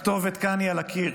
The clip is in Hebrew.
הכתובת כאן היא על הקיר.